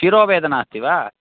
शिरोवेदना अस्ति वा